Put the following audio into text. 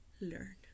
learn